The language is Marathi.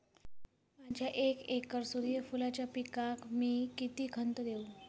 माझ्या एक एकर सूर्यफुलाच्या पिकाक मी किती खत देवू?